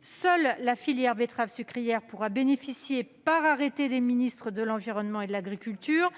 Seule la filière betterave sucrière pourra bénéficier, par arrêté des ministres de la transition écologique et de l'agriculture,